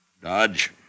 Dodge